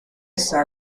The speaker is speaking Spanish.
está